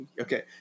okay